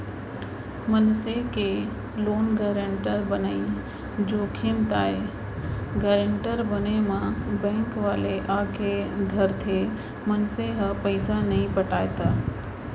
मनसे के loan guarantor बनई जोखिम ताय गारेंटर बने म बेंक वाले आके धरथे, मनसे ह पइसा नइ पटाय त